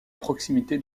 proximité